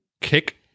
kick